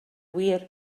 wir